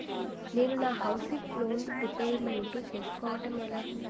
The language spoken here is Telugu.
నేను నా హౌసిగ్ లోన్ రీపేమెంట్ చేసుకోవటం ఎలా?